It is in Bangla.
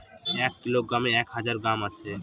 এক কিলোগ্রামে এক হাজার গ্রাম আছে